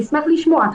אשמח לשמוע,